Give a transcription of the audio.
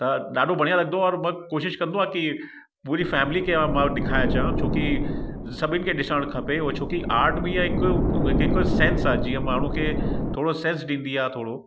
त ॾाढो बढ़िया लॻंदो और मां कोशिश कंदो आहियां कि पूरी फ़ैमिली खे मां ॾिखारे अचां छो कि सभिनी खे ॾिसण खपे उहो छो कि आर्ट बि आहे हिकु हिकु सेन्स आहे जीअं माण्हूअ खे थोरो सेन्स ॾींदी आहे थोरो